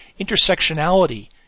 Intersectionality